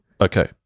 Okay